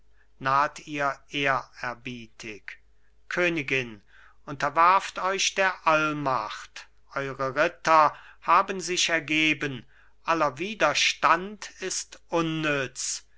naht ihr ehrerbietig königin unterwerft euch der allmacht eure ritter haben sich ergeben aller widerstand ist unnütz